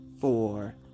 Four